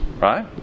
right